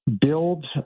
build